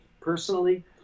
personally